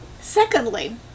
Secondly